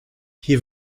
hier